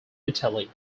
italy